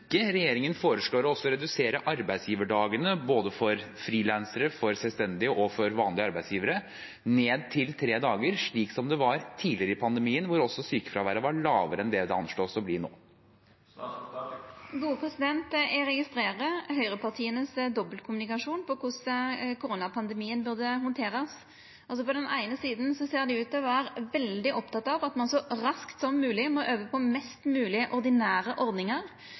foreslår også å redusere arbeidsgiverdagene, både for frilansere, for selvstendige og for vanlige arbeidsgivere, ned til tre dager, slik som det var tidligere i pandemien, da også sykefraværet var lavere enn det det anslås å bli nå. Eg registrerer dobbeltkommunikasjonen frå høgrepartia på korleis koronapandemien bør handterast. På den eine sida ser dei ut til å vera veldig opptekne av at ein så raskt som mogleg må over på mest mogleg ordinære